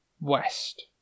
west